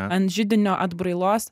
ant židinio atbrailos